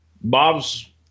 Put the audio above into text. Bob's